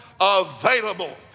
available